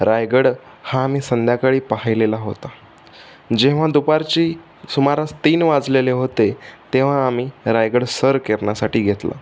रायगड हा आम्ही संध्याकाळी पाहिलेला होता जेव्हा दुपारची सुमारास तीन वाजलेले होते तेव्हा आम्ही रायगड सर करण्यासाठी घेतला